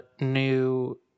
new